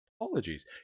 Apologies